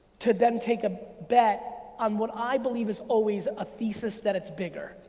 to then take a bet on what i believe is always a thesis that it's bigger,